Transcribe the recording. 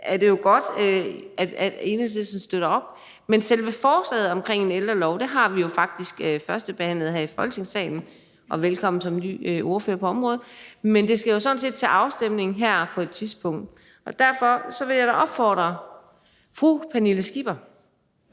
er det jo godt, at Enhedslisten støtter op. Men selve forslaget omkring en ældrelov har vi jo faktisk førstebehandlet her i Folketingssalen – og velkommen som ny ordfører på området – og det skal jo sådan set til afstemning på et tidspunkt. Derfor vil jeg da opfordre fru Pernille Skipper